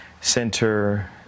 center